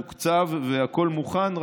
תוקצב והכול מוכן.